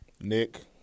Nick